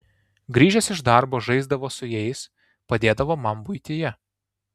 grįžęs iš darbo žaisdavo su jais padėdavo man buityje